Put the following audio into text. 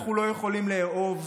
אנחנו לא יכולים לאהוב,